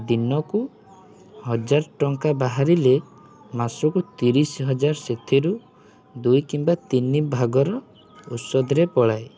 ଦିନକୁ ହଜାର ଟଙ୍କା ବାହାରିଲେ ମାସକୁ ତିରିଶ ହଜାର ସେଥିରୁ ଦୁଇ କିମ୍ବା ତିନି ଭାଗର ଔଷଧରେ ପଳାଏ